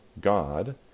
God